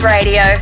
Radio